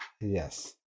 Yes